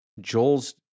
Joel's